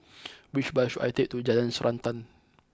which bus should I take to Jalan Srantan